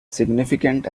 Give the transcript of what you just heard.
significant